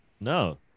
no